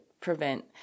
prevent